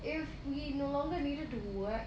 if we no longer needed to work